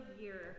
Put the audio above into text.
year